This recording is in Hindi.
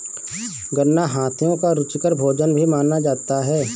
गन्ना हाथियों का रुचिकर भोजन भी माना जाता है